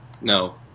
No